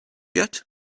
yet